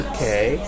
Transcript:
Okay